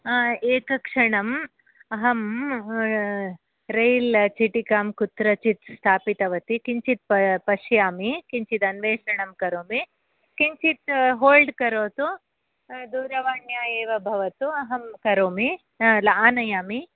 एकक्षणम् अहं रैल् चिटिकां कुत्रचित् स्थापितवती किञ्चित् प पश्यामि किञ्चिद् अन्वेषणं करोमि किञ्चित् होल्ड् करोतु दूरवाण्या एव भवतु अहं करोमि आनयामि